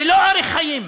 ללא ערך חיים,